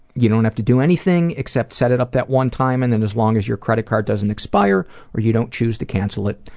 you don't have to do anything except set it up that one time and then as long as your credit card doesn't expire or you don't choose to cancel it,